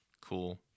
cool